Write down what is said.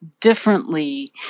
differently